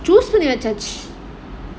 I choose ஏத்தியாச்சு:ethiyaachu